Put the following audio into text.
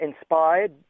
inspired